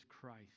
Christ